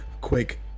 quick